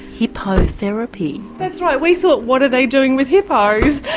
hipotherapy? that's right, we thought, what are they doing with hippos?